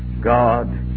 God